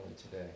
today